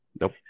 Nope